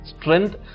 strength